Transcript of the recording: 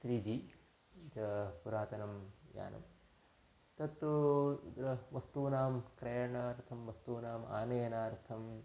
त्रि जि इति पुरातनं यानं तत्तु अत्र वस्तूनां क्रयणार्थं वस्तूनाम् आनयनार्थम्